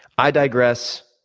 i digress.